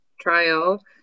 trial